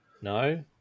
No